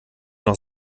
noch